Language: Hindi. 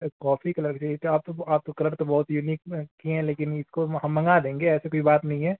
कॉफी कलर भी क्या आप तो आप तो कलर तो बहुत ही यूनीक में रखी हैं लेकिन इनको हम मंगा देंगे ऐसी कोई बात नहीं है